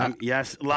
Yes